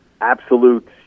absolute